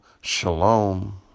Shalom